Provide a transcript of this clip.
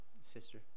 Sister